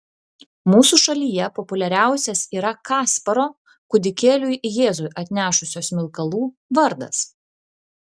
mūsų šalyje populiariausias yra kasparo kūdikėliui jėzui atnešusio smilkalų vardas